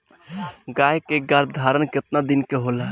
गाय के गरभाधान केतना दिन के होला?